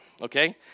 okay